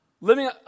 living